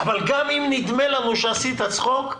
אבל גם אם נדמה לנו שעשית צחוק,